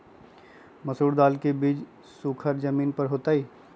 मसूरी दाल के बीज सुखर जमीन पर होतई?